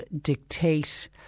dictate